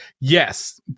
yes